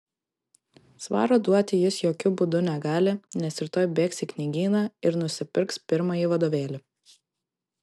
svaro duoti jis jokiu būdu negali nes rytoj bėgs į knygyną ir nusipirks pirmąjį vadovėlį